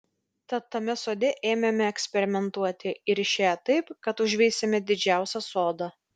tad tame sode ėmėme eksperimentuoti ir išėjo taip kad užveisėme didžiausią sodą